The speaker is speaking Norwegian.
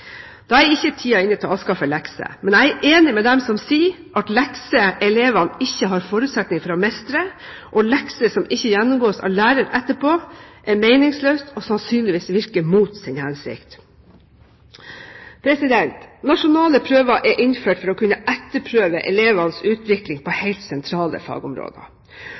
er ikke tiden inne til å avskaffe lekser. Men jeg er enig med dem som sier at lekser elevene ikke har forutsetning for å mestre, og lekser som ikke gjennomgås av lærer etterpå, er meningsløse og sannsynligvis virker mot sin hensikt. Nasjonale prøver er innført for å kunne etterprøve elevenes utvikling på helt sentrale fagområder.